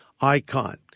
Icon